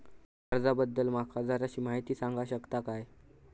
कर्जा बद्दल माका जराशी माहिती सांगा शकता काय?